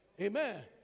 Amen